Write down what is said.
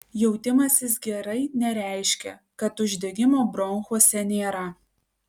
jautimasis gerai nereiškia kad uždegimo bronchuose nėra